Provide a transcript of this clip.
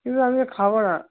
কিন্তু আমি যে খাব না